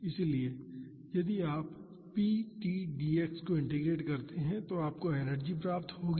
इसलिए यदि आप p t dx को इंटीग्रेट करते हैं तो आपको एनर्जी प्राप्त होगी